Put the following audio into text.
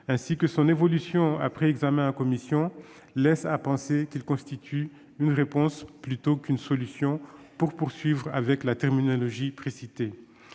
ainsi que son évolution après examen en commission, laisse à penser qu'il s'agit là d'une « réponse » plutôt que d'une « solution », pour poursuivre avec la terminologie précitée.